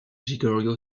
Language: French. giorgio